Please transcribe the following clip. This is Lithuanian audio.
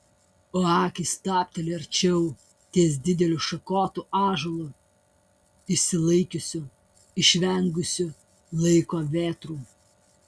jo akys stabteli arčiau ties dideliu šakotu ąžuolu išsilaikiusiu išvengusiu laiko vėtrų